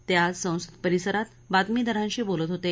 ते आज संसद परिसरात बातमीदारांशी बोलत होते